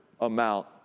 amount